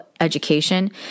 education